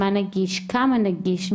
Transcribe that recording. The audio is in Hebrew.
מה נגיש, כמה נגיש.